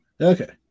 Okay